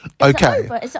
okay